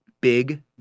big